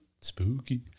Spooky